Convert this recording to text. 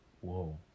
Whoa